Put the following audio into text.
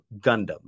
Gundam